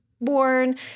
born